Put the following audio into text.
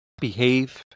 behave